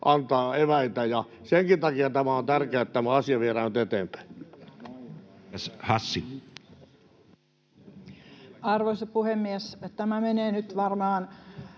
antaa eväitä. Senkin takia on tärkeää, että tämä asia viedään nyt eteenpäin. Edustaja Hassi. Arvoisa puhemies! Tämä menee nyt varmaan